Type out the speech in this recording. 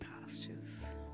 pastures